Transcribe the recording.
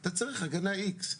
אתה צריך הגנה איקס,